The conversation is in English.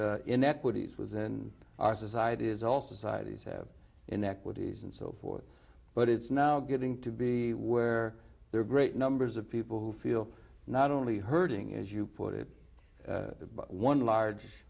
had inequities within our society is also societies have inequities and so forth but it's now getting to be where there are great numbers of people who feel not only hurting as you put it one large